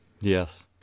Yes